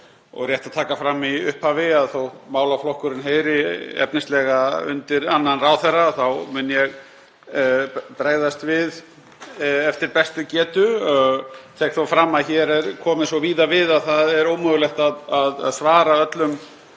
rétt að taka fram í upphafi að þótt málaflokkurinn heyri efnislega undir annan ráðherra þá mun ég bregðast við eftir bestu getu en tek þó fram að hér er komið svo víða við að það er ómögulegt að svara öllum